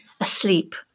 asleep